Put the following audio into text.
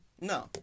No